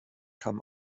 kam